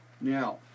Now